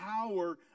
power